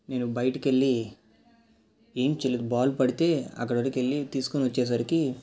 నేను బయటికి కెళ్ళి ఏం చేయలేదు బాల్ పడితే అక్కడ వరకు వెళ్ళి తీసుకొని వచ్చేసరికి